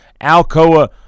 Alcoa